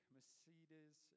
Mercedes